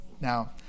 Now